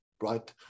right